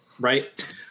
Right